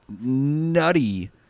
nutty